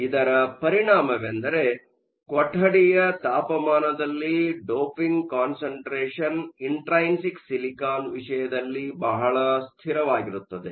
ಇದರ ಪರಿಣಾಮವೆಂದರೆ ಕೊಠಡಿಯ ತಾಪಮಾನದಲ್ಲಿ ಡೋಪಿಂಗ್ ಕಾನ್ಸಂಟ್ರೇಷನ್ ಇಂಟ್ರೈನ್ಸಿಕ್ ಸಿಲಿಕಾನ್ ವಿಷಯದಲ್ಲಿ ಬಹಳ ಸ್ಥಿರವಾಗಿರುತ್ತವೆ